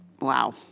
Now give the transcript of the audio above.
wow